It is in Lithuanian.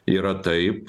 yra taip